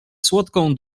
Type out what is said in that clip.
słodką